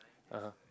(uh huh)